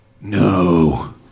no